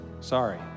sorry